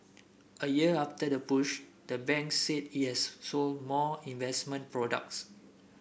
a year after the push the bank said it has sold more investment products